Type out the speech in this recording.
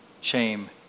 Shame